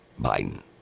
Biden